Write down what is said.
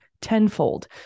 tenfold